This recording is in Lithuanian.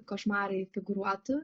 košmarai figūruotų